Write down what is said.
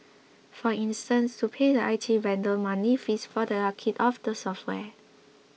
for instance to pay the I T vendor monthly fees for the upkeep of the software